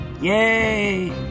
Yay